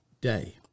day